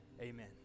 Amen